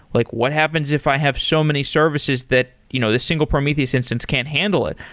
like what happens if i have so many services that you know this single prometheus instance can't handle it?